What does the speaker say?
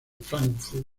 fráncfort